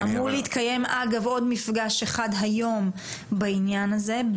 אמור להתקיים אגב עוד מפגש אחד היום בעניין הזה.